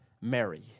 Mary